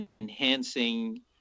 enhancing